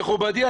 מכובדי,